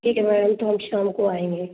ठीक है मैडम तो हम शाम को आएंगे